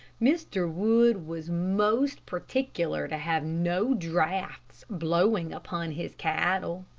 mr. wood was most particular to have no drafts blowing upon his cattle.